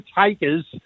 takers